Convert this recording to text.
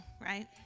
right